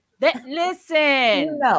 Listen